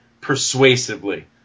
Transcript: persuasively